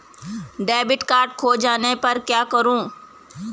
Debit card खो जाने पर क्या करूँ?